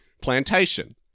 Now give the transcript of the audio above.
Plantation